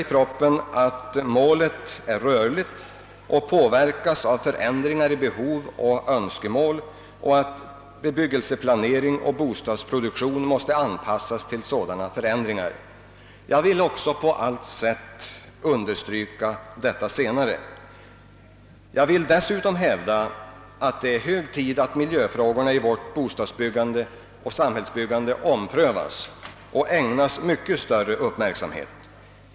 I propositionen säges vidare att målet är rörligt och påverkas av förändringar i behov och önskemål och att bebyggelseplanering och bostadsproduktion måste anpassas till sådana förändringar. Jag vill på allt sätt understryka detta. Jag vill dessutom hävda att det är hög tid att miljöfrågorna i vårt bostadsoch samhällsbyggande omprövas och ägnas mycket större uppmärksamhet.